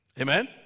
amen